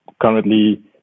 currently